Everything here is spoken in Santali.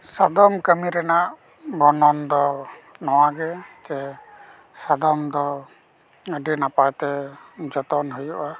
ᱥᱟᱫᱚᱢ ᱠᱟᱹᱢᱤ ᱨᱮᱱᱟᱜ ᱵᱚᱨᱱᱚᱱ ᱫᱚ ᱱᱚᱣᱟ ᱜᱮ ᱡᱮ ᱥᱟᱫᱚᱢ ᱫᱚ ᱟᱹᱰᱤ ᱱᱟᱯᱟᱭ ᱛᱮ ᱡᱚᱛᱚᱱ ᱦᱩᱭᱩᱜᱼᱟ